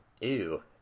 Ew